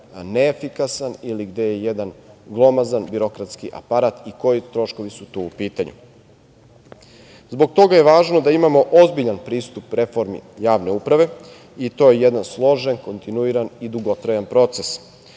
neefikasan ili gde je jedan glomazan birokratski aparat i koji troškovi su tu u pitanju. Zbog toga je važno da imamo ozbiljan pristup reformi javne u prave i to je jedan složen, kontinuiran i dugotrajan proces.